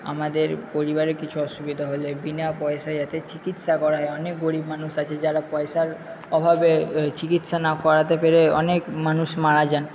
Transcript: আমাদের পরিবারের কিছু অসুবিধা হলে বিনা পয়সায় যাতে চিকিৎসা করায় অনেক গরিব মানুষ আছে যারা পয়সার অভাবে চিকিৎসা না করাতে পেরে অনেক মানুষ মারা যান